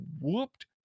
whooped